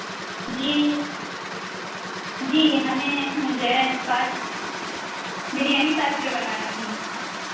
جی جی ہمیں جو ہے پانچ بریانی پانچ کلو بنوانی تھی